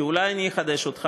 כי אולי אני אחדש לך,